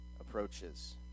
approaches